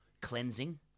Cleansing